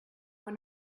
were